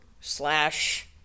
slash